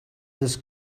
this